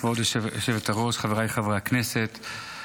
היושבת-ראש, חבריי חברי הכנסת,